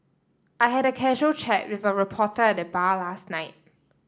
I had a casual chat with a reporter at the bar last night